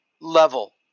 level